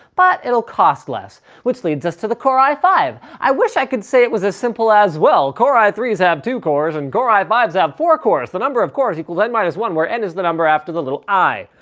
but it'll cost less. which leads us to the core i five. i wish i could say it was as simple as, well, core i three s have two cores and core i five s have four cores. the number of cores equals n minus one where n in the number after the little i.